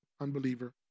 unbeliever